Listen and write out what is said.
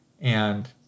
and-